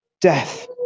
death